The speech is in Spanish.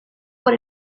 por